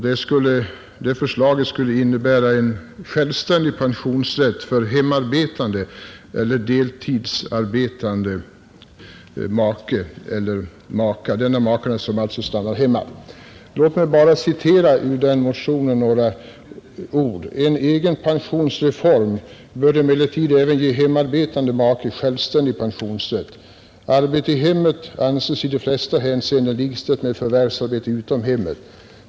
Det förslaget skulle innebära en självständig pensionsrätt för hemarbetande eller deltidsarbetande make eller maka, alltså för den av makarna som stannar hemma. Låt mig få citera några ord ur denna motion: ”En egenpensionreform bör emellertid även ge en hemarbetande make självständig pensionsrätt. Arbete i hemmet anses i de flesta hänseenden likställt med förvärvsarbete utom hemmet.